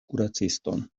kuraciston